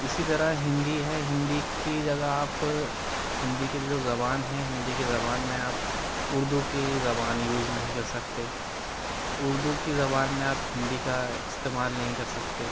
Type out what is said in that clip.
اسی طرح ہندی ہے ہندی کی جگہ آپ ہندی کی جو زبان ہے ہندی کی زبان میں آپ اردو کی زبان یوز نہیں کر سکتے اردو کی زبان میں آپ ہندی کا استعمال نہیں کر سکتے